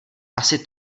asi